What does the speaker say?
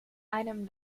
einem